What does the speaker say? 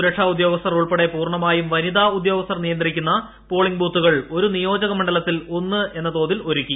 സുരക്ഷാ ഉദ്യോഗസ്ഥർ ഉൾപ്പെടെ പൂർണമായും വനിതാ ഉദ്യോഗസ്ഥർ നിയന്ത്രിക്കുന്ന പോളിംഗ് ബൂത്തുകൾ ഒരു നിയോജക മണ്ഡലത്തിൽ ഒന്ന് എന്ന തോതിൽ ഒരുക്കി